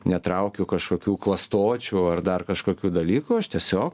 netraukiu kažkokių klastočių ar dar kažkokių dalykų aš tiesiog